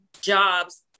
jobs